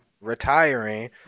retiring